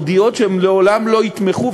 מודיעות שהן לעולם לא יתמכו,